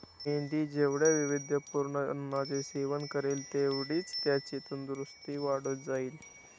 मेंढी जेवढ्या वैविध्यपूर्ण अन्नाचे सेवन करेल, तेवढीच त्याची तंदुरस्ती वाढत जाईल